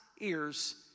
ears